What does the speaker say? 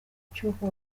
cy’uko